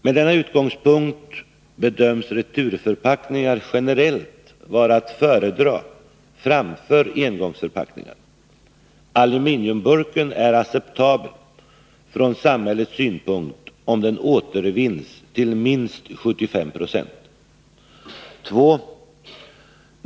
Med denna utgångspunkt bedöms returförpackningar generellt vara att föredra framför engångsförpackningar. Aluminiumburken är acceptabel från samhällets synpunkt, om den återvinns till minst 75 96. 2.